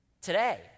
today